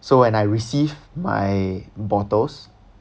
so when I receive my bottles